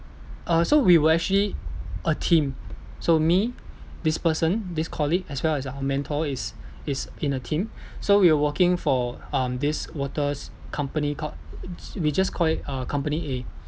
uh so we were actually a team so me this person this colleague as well as our mentor is is in a team so we were working for um this waters company called we just call it uh company A